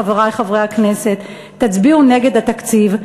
חברי חברי הכנסת: תצביעו נגד התקציב.